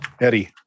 Eddie